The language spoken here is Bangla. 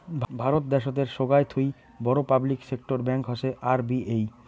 ভারত দ্যাশোতের সোগায় থুই বড় পাবলিক সেক্টর ব্যাঙ্ক হসে আর.বি.এই